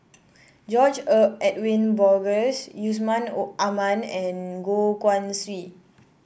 George Edwin Bogaars Yusman Aman and Goh Guan Siew